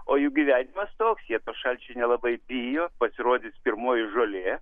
o jų gyvenimas toks jie šalčių nelabai bijo pasirodys pirmoji žolė